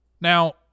Now